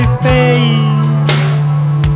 face